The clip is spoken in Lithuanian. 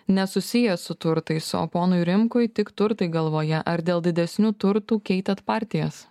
nesusiję su turtais o ponui rimkui tik turtai galvoje ar dėl didesnių turtų keitėt partijas